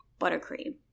buttercream